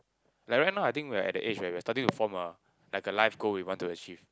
like right now I think we're at the age where we're starting to form a like a life goal we want to achieve